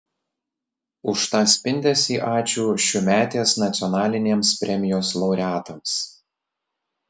už tą spindesį ačiū šiųmetės nacionalinėms premijos laureatams